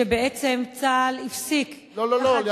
שבעצם צה"ל הפסיק, לא, לא, לא.